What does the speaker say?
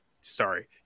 sorry